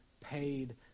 paid